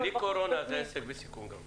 בחוץ בפנים --- בלי קורונה זה עסק בסיכון גבוה.